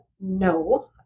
no